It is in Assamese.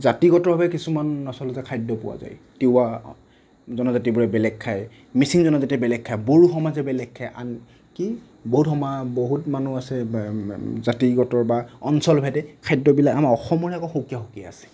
জাতিগতভাৱে কিছুমান আচলতে খাদ্য পোৱা যায় টিৱা জনজাতিবোৰে বেলেগ খায় মিচিং জনজাতিয়ে বেলেগ খায় বড়ো সমাজে বেলেগ খায় আনকি বহুত মা মানুহ আছে জাতিগত বা অঞ্চলভেদে খাদ্যবিলাক আমাৰ অসমৰে আকৌ সুকীয়া সুকীয়া আছে